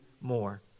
more